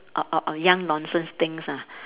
or or or young nonsense thing ah